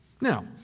Now